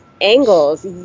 angles